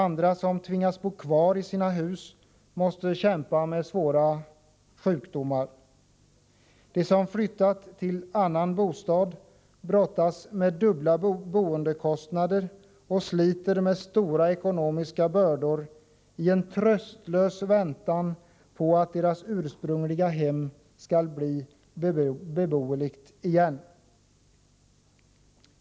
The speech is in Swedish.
Andra, som tvingas bo kvar i sina hus, måste kämpa med svåra sjukdomar. De som flyttat till annan bostad brottas med dubbla boendekostnader och sliter med stora ekonomiska bördor i en tröstlös väntan på att deras ursprungliga hem skall bli beboeligt igen.